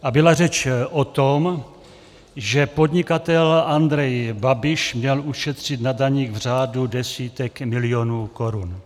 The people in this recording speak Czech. A byla řeč o tom, že podnikatel Andrej Babiš měl ušetřit na daních v řádu desítek milionů korun.